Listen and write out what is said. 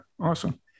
awesome